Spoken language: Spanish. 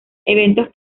eventos